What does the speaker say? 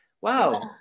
Wow